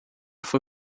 foi